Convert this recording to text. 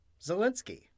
Zelensky